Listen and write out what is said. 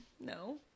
No